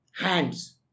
Hands